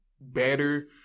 better